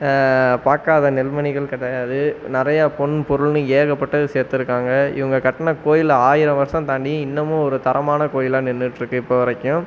பார்க்காத நெல்மணிகள் கிடையாது நிறையா பொன் பொருள்னு ஏகப்பட்டது சேத்திருக்காங்க இவங்க கட்டின கோவில் ஆயிரம் வருஷம் தாண்டியும் இன்னுமும் ஒரு தரமான கோவிலா நின்னுகிட்ருக்கு இப்போது வரைக்கும்